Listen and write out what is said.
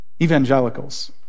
Evangelicals